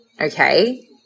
Okay